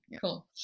cool